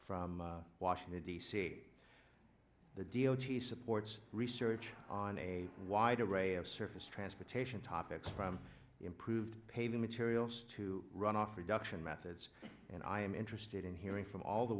from washington d c the d o t supports research on a wide array of surface transportation topics from improved paving materials to runoff reduction methods and i am interested in hearing from all the